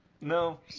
No